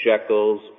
shekels